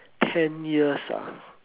ten years ah